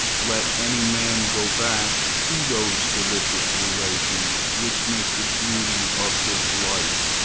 let any man go back to those delicious relations which make the beauty of his life,